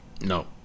No